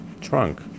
trunk